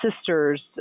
sisters